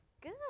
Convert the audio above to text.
Good